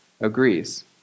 agrees